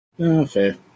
Okay